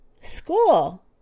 School